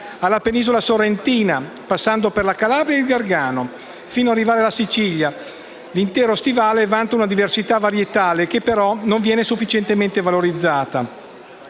alla penisola sorrentina, passando per la Calabria e il Gargano, fino ad arrivare in Sicilia, l'intero Stivale vanta una diversità varietale che, però, non viene sufficientemente valorizzata.